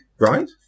right